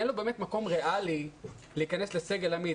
אין לו באמת מקום ריאלי להיכנס לסגל עמית,